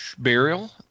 Burial